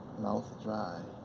mouth dry,